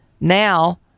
Now